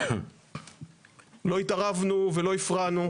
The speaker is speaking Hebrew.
לא התערבנו ולא הפרענו.